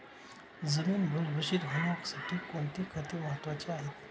जमीन भुसभुशीत होण्यासाठी कोणती खते महत्वाची आहेत?